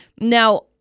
Now